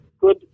Good